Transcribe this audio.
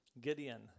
Gideon